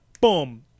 boom